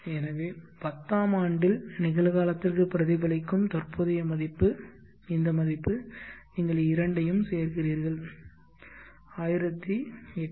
எனவே பத்தாம் ஆண்டில் நிகழ்காலத்திற்கு பிரதிபலிக்கும் தற்போதைய மதிப்பு இந்த மதிப்பு நீங்கள் இரண்டையும் சேர்க்கிறீர்கள் 1862